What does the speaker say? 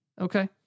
Okay